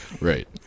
Right